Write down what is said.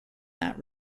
that